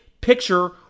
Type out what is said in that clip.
picture